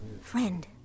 Friend